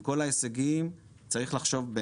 עם כל ההישגים צריכים לחשוב,